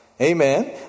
Amen